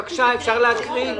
אפשר להקריא.